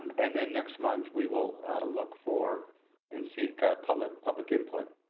and then next month we will look for and seek public public input.